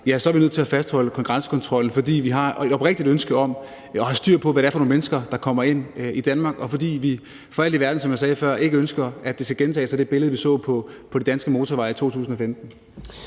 grænser, er vi nødt til at fastholde grænsekontrollen. Det er vi, fordi vi har et oprigtigt ønske om at have styr på, hvad det er for nogle mennesker, der kommer ind i Danmark, og fordi vi for alt i verden, som jeg sagde før, ikke ønsker, at det billede, vi så på de danske motorveje i 2015,